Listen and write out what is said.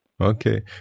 Okay